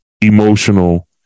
emotional